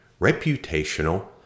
reputational